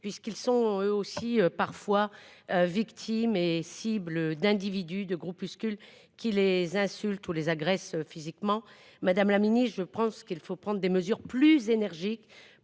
puisqu'ils sont eux aussi parfois victimes et cible d'individus de groupuscules qui les insultes ou les agressent physiquement Madame la Ministre je pense qu'il faut prendre des mesures plus énergiques